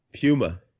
Puma